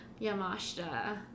Yamashita